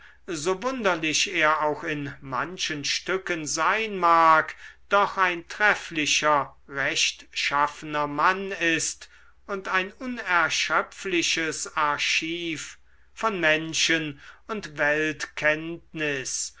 so wunderlich er auch in manchen stücken sein mag doch ein trefflicher rechtschaffener mann ist und ein unerschöpfliches archiv von menschen und